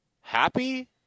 happy